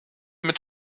mit